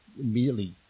immediately